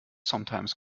sometimes